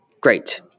Great